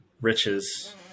riches